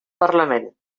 parlament